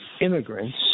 immigrants